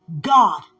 God